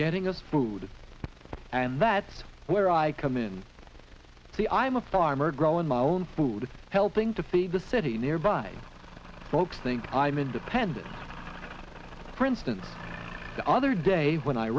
getting us food and that's where i come in three i'm a farmer growing my own food helping to feed the city nearby folks think i'm independent for instance the other day when i